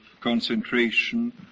concentration